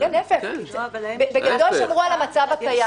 שמרנו על המצב הקיים.